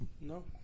no